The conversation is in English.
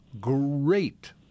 great